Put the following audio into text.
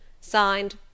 Signed